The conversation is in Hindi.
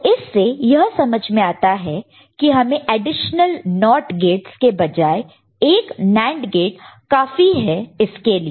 तो इससे यह समझ में आता है कि हमें एडिशनल NOT गेटस के बजाय एक NAND गेट काफी है इसके लिए